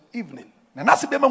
evening